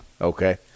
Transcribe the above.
Okay